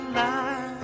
life